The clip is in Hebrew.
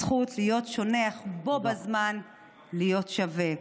להיות שונה אך בו בזמן להיות שווה.